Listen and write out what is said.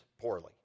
poorly